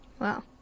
Wow